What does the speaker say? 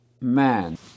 man